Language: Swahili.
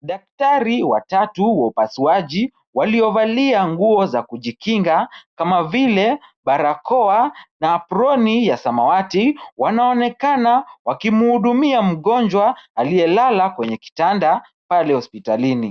Daktari wa tatu wa upasuaji waliovalia nguo za kujikinga kama vile barakoa na aproni ya samawati, wanaonekana wakimhudumia mgonjwa aliyelala kwenye kitanda pale hospitalini.